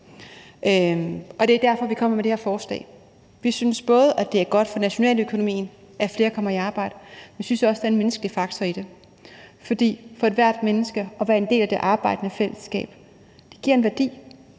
og det er derfor, vi kommer med det her forslag. Vi synes både, at det er godt for nationaløkonomien, at flere kommer i arbejde, og vi synes også, der er en menneskelig faktor i det, for for ethvert menneske er det at være en del af det arbejdende fællesskab noget, der giver en værdi.